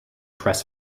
press